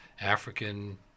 African